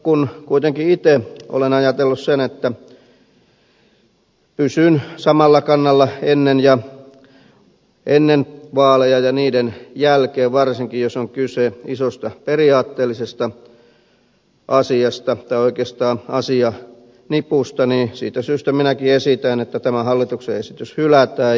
kun kuitenkin itse olen ajatellut että pysyn samalla kannalla ennen vaaleja ja niiden jälkeen varsinkin jos on kyse isosta periaatteellisesta asiasta tai oikeastaan asianipusta niin siitä syystä minäkin esitän että tämä hallituksen esitys hylätään